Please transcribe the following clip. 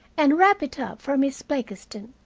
and wrap it up for miss blakiston.